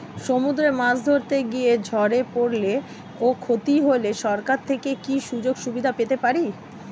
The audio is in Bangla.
সমুদ্রে মাছ ধরতে গিয়ে ঝড়ে পরলে ও ক্ষতি হলে সরকার থেকে কি সুযোগ সুবিধা পেতে পারি?